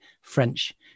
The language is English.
French